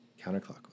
Counterclockwise